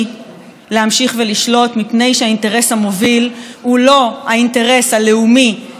מפני שהאינטרס המוביל הוא לא האינטרס הלאומי והאינטרס של מדינת ישראל,